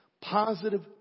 positive